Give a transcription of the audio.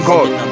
God